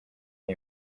iri